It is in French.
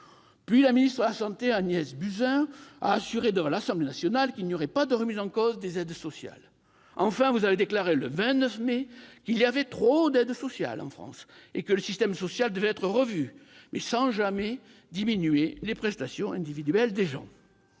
Puis la ministre de la santé, Agnès Buzyn, a assuré devant l'Assemblée nationale qu'il n'y aurait « pas de remise en cause des aides sociales ». Enfin, vous avez déclaré, le 29 mai, qu'« il y avait trop d'aides sociales en France » et que le système social devait être revu, mais « sans jamais diminuer les prestations individuelles des gens